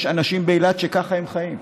יש אנשים באילת שככה הם חיים.